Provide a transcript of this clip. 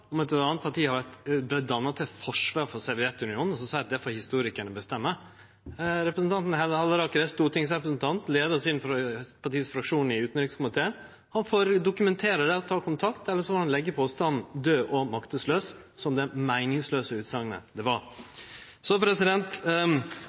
om at eit anna parti har vore danna på eit forsvar for Sovjetunionen og så seie at det får historikarane bestemme. Representanten Halleraker, stortingsrepresentant, leia sitt partis fraksjon i utanrikskomiteen. Han får dokumentere det og ta kontakt, eller så får han leggje påstanden død og makteslaus – som den meiningslause utsegna det var.